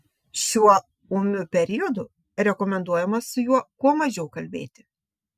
šiuo ūmiu periodu rekomenduojama su juo kuo mažiau kalbėti